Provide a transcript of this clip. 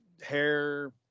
hair